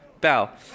bow